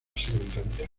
secretaría